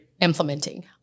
implementing